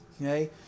okay